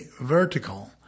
vertical